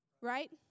right